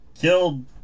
killed